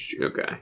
Okay